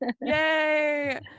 yay